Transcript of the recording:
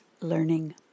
learning